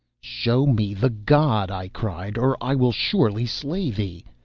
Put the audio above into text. show me the god, i cried, or i will surely slay thee.